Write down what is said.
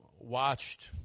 Watched